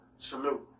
Salute